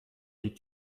les